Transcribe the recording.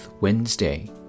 Wednesday